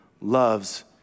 loves